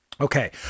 Okay